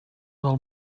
del